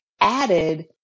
added